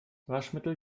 waschmittel